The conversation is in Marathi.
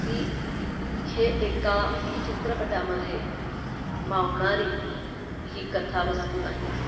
की हे एका चित्रपटामध्ये मावणारी ही कथावस्तू नाही